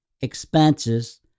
expenses